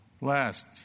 Last